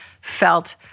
felt